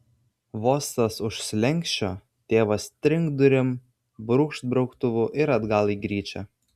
vos tas už slenksčio tėvas trinkt durim brūkšt brauktuvu ir atgal į gryčią